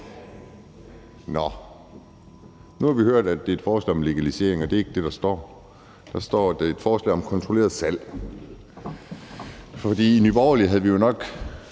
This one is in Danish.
Nå, nu har vi hørt, at det er et forslag om legalisering. Det er ikke det, der står. Der står, at det er et forslag om kontrolleret salg. I Nye Borgerlige havde vi nu nok